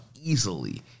easily